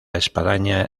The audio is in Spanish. espadaña